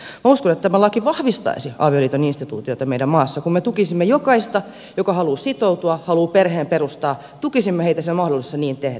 minä uskon että tämä laki vahvistaisi avioliiton instituutiota meidän maassamme kun me tukisimme jokaista joka haluaa sitoutua haluaa perheen perustaa tukisimme heitä siinä mahdollisuudessa niin tehdä